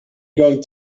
going